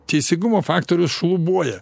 teisingumo faktorius šlubuoja